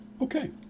Okay